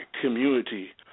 community